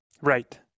Right